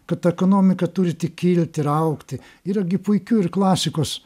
kad ekonomika turi tik kilti ir augti yra gi puikių ir klasikos